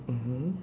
mmhmm